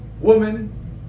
Woman